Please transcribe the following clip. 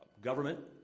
government.